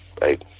right